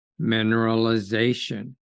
mineralization